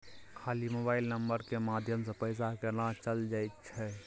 खाली mobile number के माध्यम से पैसा केना चल जायछै?